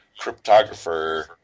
cryptographer